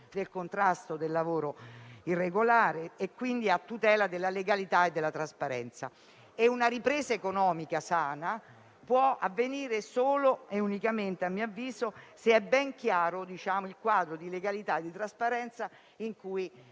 del contrasto al lavoro irregolare, quindi a tutela della legalità e della trasparenza. Una ripresa economica sana - a mio avviso - può avvenire solo e unicamente se è ben chiaro il quadro di legalità e di trasparenza in cui